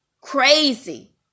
Crazy